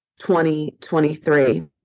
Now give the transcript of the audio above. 2023